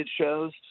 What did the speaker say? shows